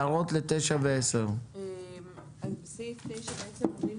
הערות לסעיף 9 ולסעיף 10. סעיף 9 ו-10 אומרים